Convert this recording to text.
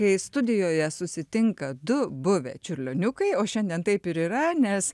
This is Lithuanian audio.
kai studijoje susitinka du buvę čiurlioniukai o šiandien taip ir yra nes